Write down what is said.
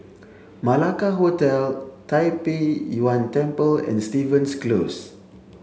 Malacca Hotel Tai Pei Yuen Temple and Stevens Close